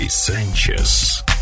Sanchez